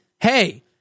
Hey